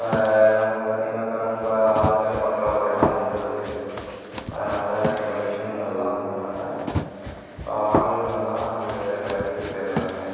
இப்போ நம்ம பார்த்திங்கன்னா இப்போது ரொம்ப ஆட்கள் பற்றாக்குறை எல்லாம் ரொம்ப இருக்குது அதனால சில மிஷின்கள்லாம் வந்ததுனால் இப்போ ஆளுங்கெல்லாம் வெவ்வேறு வேலைக்கு போயிடறாங்க